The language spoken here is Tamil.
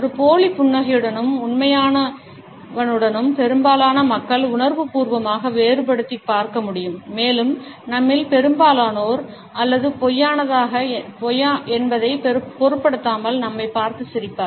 ஒரு போலி புன்னகையுடனும் உண்மையானவனுடனும் பெரும்பாலான மக்கள் உணர்வுபூர்வமாக வேறுபடுத்திப் பார்க்க முடியும் மேலும் நம்மில் பெரும்பாலோர் ஒருவருக்கு திருப்தியடைகிறார்கள் அது உண்மையானதா அல்லது பொய்யானதா என்பதைப் பொருட்படுத்தாமல் நம்மைப் பார்த்து சிரிப்பார்